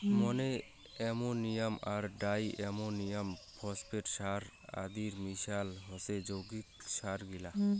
মনো ammonium আর di ammonium phosphate সার আদির মিশাল হসে যৌগিক সারগিলা